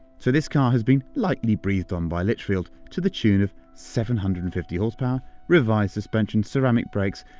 so this car has been lightly breathed on by litchfield, to the tune of seven hundred and fifty horsepower, revised suspension, ceramic brakes,